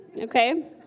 okay